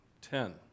ten